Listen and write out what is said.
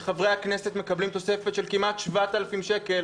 וחברי הכנסת מקבלים תוספת של כמעט 7,000 שקל